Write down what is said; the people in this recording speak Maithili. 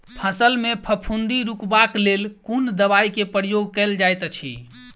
फसल मे फफूंदी रुकबाक लेल कुन दवाई केँ प्रयोग कैल जाइत अछि?